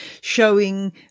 showing